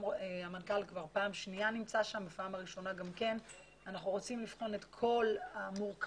המנכ"ל נמצא שם פעם שנייה ואנחנו רוצים לבחון את כל המורכבות